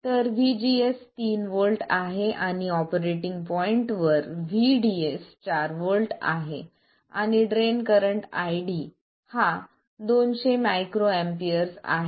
तर VGS तीन volt आहे आणि ऑपरेटिंग पॉईंटवर VDS 4 व्होल्ट आहे आणि ड्रेन करंट ID हा 200 मायक्रोअँम्पीअर्स आहे